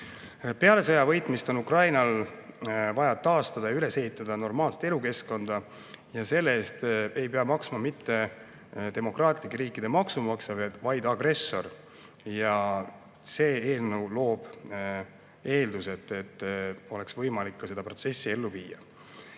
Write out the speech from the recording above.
Peale sõja võitmist on Ukrainal vaja taastada ja üles ehitada normaalset elukeskkonda. Ja selle eest ei pea maksma mitte demokraatlike riikide maksumaksja, vaid agressor. See eelnõu loob eeldused, et oleks võimalik seda protsessi ellu viia.